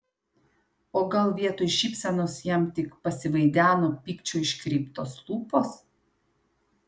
o gal vietoj šypsenos jam tik pasivaideno pykčio iškreiptos lūpos